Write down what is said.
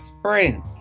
sprint